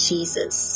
Jesus